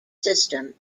system